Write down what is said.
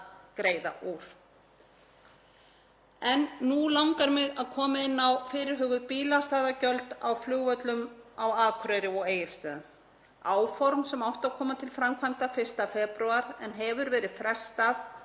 greiða úr. En nú langar mig að koma inn á fyrirhuguð bílastæðagjöld á flugvöllunum á Akureyri og Egilsstöðum, áform sem áttu að koma til framkvæmda 1. febrúar en hefur verið frestað.